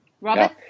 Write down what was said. Robert